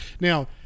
Now